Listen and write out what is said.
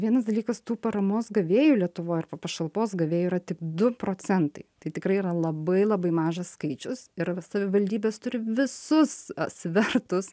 vienas dalykas tų paramos gavėjų lietuvoj arba pašalpos gavėjų yra tik du procentai tai tikrai yra labai labai mažas skaičius ir savivaldybės turi visus svertus